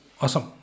awesome